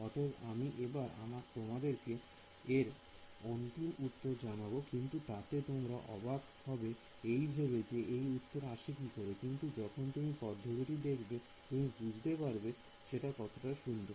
অতএব আমি এবার তোমাদেরকে এর অন্তিম উত্তর জানাবো কিন্তু তাতে তোমরা অবাক হবে এই ভেবে যে এই উত্তর আসে কি করে কিন্তু যখন তুমি পদ্ধতিটা দেখবে তুমি বুঝতে পারবে যেটা কত সুন্দর